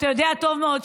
אתה יודע טוב מאוד,